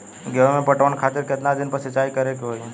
गेहूं में पटवन खातिर केतना दिन पर सिंचाई करें के होई?